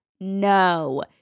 no